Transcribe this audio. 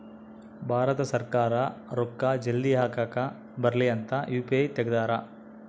ಭಾರತ ಸರ್ಕಾರ ರೂಕ್ಕ ಜಲ್ದೀ ಹಾಕಕ್ ಬರಲಿ ಅಂತ ಯು.ಪಿ.ಐ ತೆಗ್ದಾರ